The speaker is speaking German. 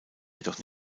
jedoch